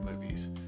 movies